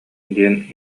диэн